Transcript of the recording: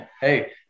hey